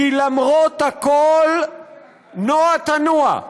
כי למרות הכול נוע תנוע.